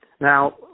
Now